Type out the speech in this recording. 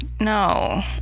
no